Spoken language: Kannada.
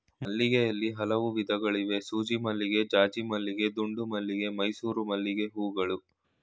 ಮಲ್ಲಿಗೆಯಲ್ಲಿ ಹಲವು ವಿಧಗಳಿವೆ ಸೂಜಿಮಲ್ಲಿಗೆ ಜಾಜಿಮಲ್ಲಿಗೆ ದುಂಡುಮಲ್ಲಿಗೆ ಮೈಸೂರು ಮಲ್ಲಿಗೆಹೂಗಳು